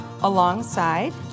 alongside